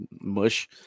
mush